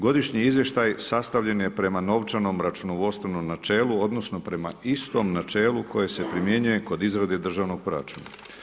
Godišnji izvještaj sastavljen je prema novčanom računovodstvenom načelu, odnosno, prema istom načelu koji se primjenjuje kod izravnog državnog proračuna.